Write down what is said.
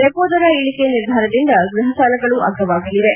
repo ದರ ಇಳಿಕೆ ನಿರ್ಧಾರದಿಂದ ಗ್ಬಹ ಸಾಲಗಳು ಅಗ್ಗವಾಗಲಿವೆ